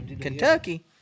Kentucky